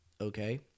Okay